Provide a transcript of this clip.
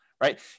right